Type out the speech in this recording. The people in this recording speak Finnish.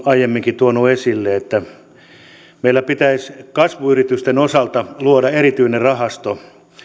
on aiemminkin tuonut esille että meillä pitäisi kasvuyritysten osalta luoda erityinen rahasto